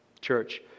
Church